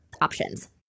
options